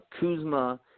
Kuzma